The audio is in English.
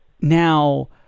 Now